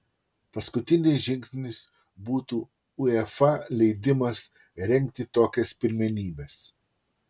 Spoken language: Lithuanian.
paskutinis žingsnis būtų uefa leidimas rengti tokias pirmenybes